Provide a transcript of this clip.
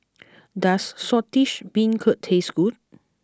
does Saltish Beancurd taste good